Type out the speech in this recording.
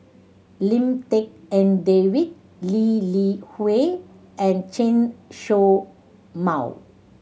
Lim Tik En David Lee Li Hui and Chen Show Mao